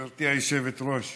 גברתי היושבת-ראש,